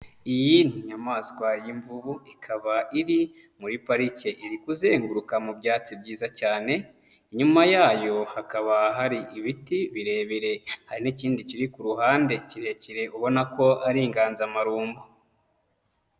Iyi ni inyamaswa y'imvubu ikaba iri muri parike iri kuzenguruka mu byatsi byiza cyane, inyuma yayo hakaba hari ibiti birebire, hari n'ikindi kiri ku ruhande kirekire ubona ko ari inganzamarumbu.